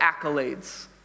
accolades